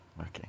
Okay